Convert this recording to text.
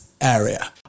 area